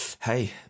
hey